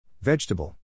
Vegetable